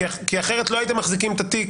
לא הייתם מחזיקים את התיק,